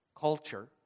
culture